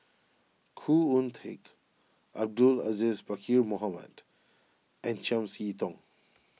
Khoo Oon Teik Abdul Aziz Pakkeer Mohamed and Chiam See Tong